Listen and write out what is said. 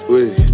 Wait